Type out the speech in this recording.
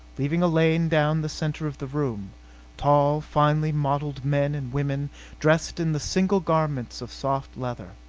leaving a lane down the center of the room tall, finely modelled men and women dressed in the single garments of soft leather.